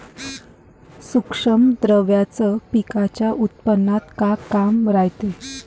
सूक्ष्म द्रव्याचं पिकाच्या उत्पन्नात का काम रायते?